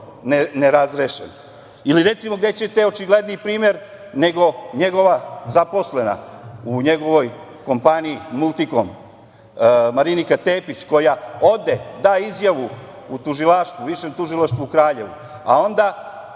nerazrešen? Ili, recimo, gde ćete očigledniji primer nego njegova zaposlena u njegovoj kompaniji „Multikom“ Marinika Tepić, koja ode, da izjavu u Višem tužilaštvu u Kraljevu, a onda,